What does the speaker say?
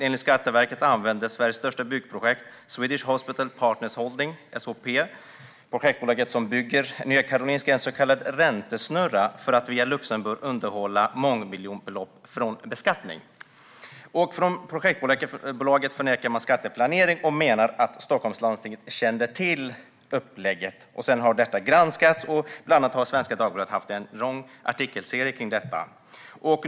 Enligt Skatteverket använde Swedish Hospital Partners Holding - SHP, projektbolaget som bygger Nya Karolinska i Sveriges största byggprojekt - en så kallad räntesnurra för att via Luxemburg undanhålla mångmiljonbelopp från beskattning. Projektbolaget förnekar skatteplanering och menar att Stockholms läns landsting kände till upplägget. Detta har sedan granskats - bland annat har Svenska Dagbladet haft en lång artikelserie kring frågan.